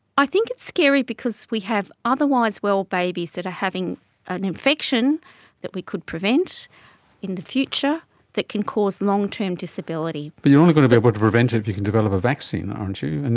i think it's a scary because we have otherwise well babies that are having an infection that we could prevent in the future that can cause long-term disability. but you're only going to be able to prevent it if you can develop a vaccine, aren't you, and